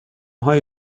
هایی